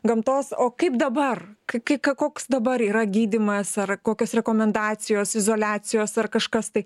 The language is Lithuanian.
gamtos o kaip dabar kai koks dabar yra gydymas ar kokios rekomendacijos izoliacijos ar kažkas tai